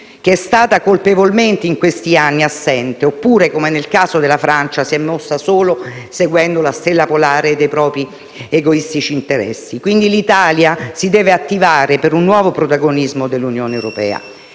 che è stata colpevolmente, in questi anni, assente, oppure, come nel caso della Francia, si è mossa solo seguendo la stella polare dei propri egoistici interessi. Quindi l'Italia si deve attivare per un nuovo protagonismo dell'Unione europea.